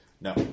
No